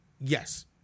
Yes